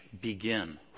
begin